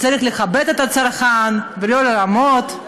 צריך לכבד את הצרכן, ולא לרמות,